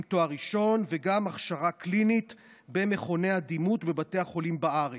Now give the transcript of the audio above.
תואר ראשון וגם הכשרה קלינית במכוני הדימות בבתי החולים בארץ.